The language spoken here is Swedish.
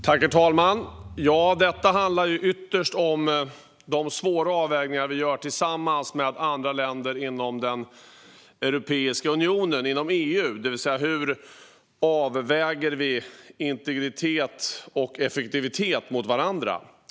Herr talman! Detta handlar ytterst om de svåra avvägningar som vi gör tillsammans med andra länder inom den europeiska unionen, EU, det vill säga hur vi avväger integritet och effektivitet mot varandra.